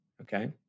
okay